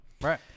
Right